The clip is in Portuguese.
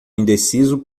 indeciso